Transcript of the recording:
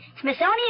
Smithsonian